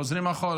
חוזרים אחורה.